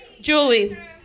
Julie